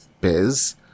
biz